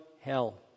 hell